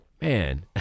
man